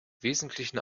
wesentlichen